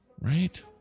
Right